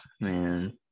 man